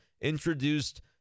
introduced